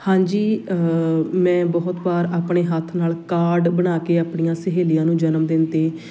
ਹਾਂਜੀ ਮੈਂ ਬਹੁਤ ਵਾਰ ਆਪਣੇ ਹੱਥ ਨਾਲ ਕਾਰਡ ਬਣਾ ਕੇ ਆਪਣੀਆਂ ਸਹੇਲੀਆਂ ਨੂੰ ਜਨਮ ਦਿਨ 'ਤੇ